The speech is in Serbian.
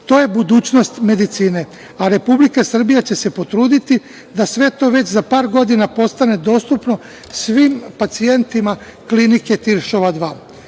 To je budućnost medicine, a Republika Srbija će se potruditi da sve to već za par godina postane dostupno svim pacijentima klinike Tiršova